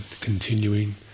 continuing